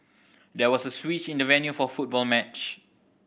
there was a switch in the venue for football match